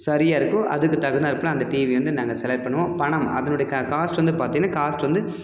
சரியா இருக்கோ அதுக்கு தகுந்தாற்போல அந்த டிவி வந்து நாங்கள் செலக்ட் பண்ணுவோம் பணம் அதனுடைய க காஸ்ட்டு வந்து பார்த்திங்கன்னா காஸ்ட் வந்து